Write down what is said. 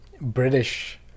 British